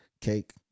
cake